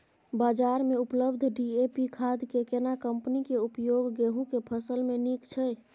बाजार में उपलब्ध डी.ए.पी खाद के केना कम्पनी के उपयोग गेहूं के फसल में नीक छैय?